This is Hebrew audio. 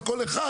על כל אחד,